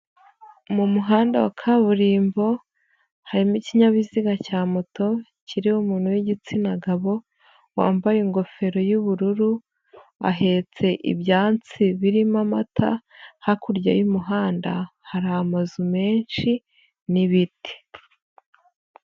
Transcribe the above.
Mu muhanda wa kaburimbo harimo ikinyabiziga cya moto kiriho umuntu w'igitsina gabo wambaye ingofero y'ubururu, ahetse ibyansi birimo amata, hakurya y'umuhanda hari amazu menshi n'ibiti.